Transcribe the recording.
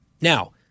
Now